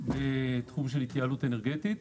בתחום של התייעלות אנרגטית.